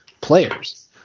players